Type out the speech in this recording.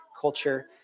culture